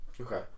okay